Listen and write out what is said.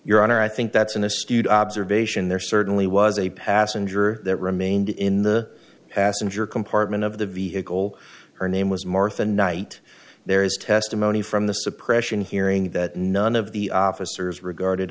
your honor i think that's an astute observation there certainly was a passenger that remained in the passenger compartment of the vehicle her name was martha knight there is testimony from the suppression hearing that none of the officers regarded